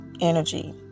energy